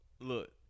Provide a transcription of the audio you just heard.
Look